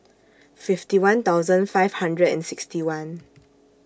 fifty one thousand five hundred and sixty one